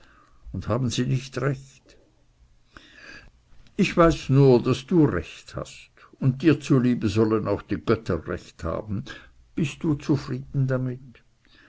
und haben sie nicht recht ich weiß nur daß du recht hast immer und dir zu liebe sollen auch die götter recht haben bist du zufrieden damit